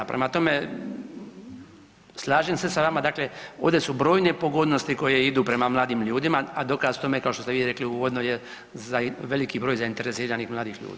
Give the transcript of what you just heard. Prema tome, slažem se sa vama, dakle ovdje su brojne pogodnosti koje idu prema mladim ljudima, a dokaz tome, kao što ste vi rekli, uvodno je za veliki broj zainteresiranih mladih ljudi.